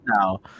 now